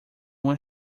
uma